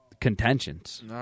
contentions